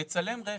הוא מצלם רכב,